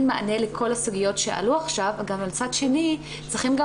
מענה לכל הסוגיות שעלו עכשיו ומצד שני צריכים גם